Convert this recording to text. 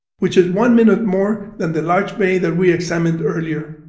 which is one minute more than the larger bay that we examined earlier.